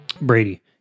Brady